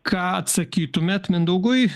ką atsakytumėte mindaugui